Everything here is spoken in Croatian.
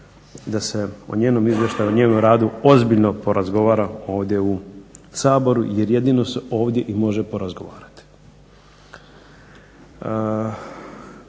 da se o njenom izvještaju, o njenom radu ozbiljno porazgovara ovdje u Saboru jer jedino se ovdje i može porazgovarati.